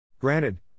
Granted